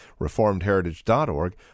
reformedheritage.org